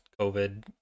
COVID